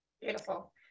beautiful